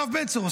יואב בן צור,